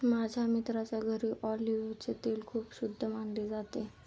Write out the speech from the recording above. माझ्या मित्राच्या घरी ऑलिव्हचे तेल खूप शुद्ध मानले जाते